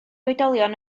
oedolion